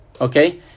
okay